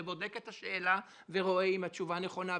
ובודק את השאלה ורואה אם התשובה נכונה.